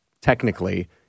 technically